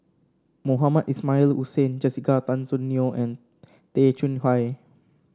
Mohamed Ismail Hussain Jessica Tan Soon Neo and Tay Chong Hai